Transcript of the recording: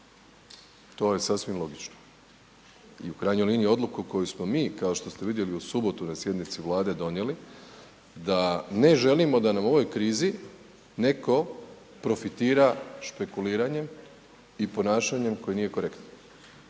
To je sasvim logično. I u krajnjoj liniji odluku koju smo mi kao što ste vidjeli u subotu na sjednici Vlade donijeli, da ne želimo da nam u ovoj krizi netko profitira špekuliranjem i ponašanjem koje nije korektno.